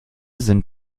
sind